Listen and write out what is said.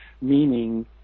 meaning